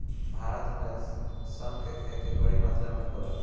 भारत में सन के खेती बड़ी मात्रा में होला